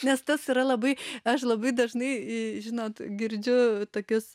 nes tas yra labai aš labai dažnai žinot girdžiu tokius